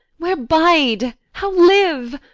where bide? how live?